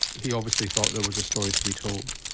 he obviously thought there was a story to be told.